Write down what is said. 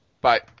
Bye